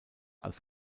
als